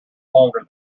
longer